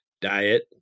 Diet